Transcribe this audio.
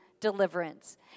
Deliverance